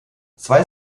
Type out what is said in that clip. zwei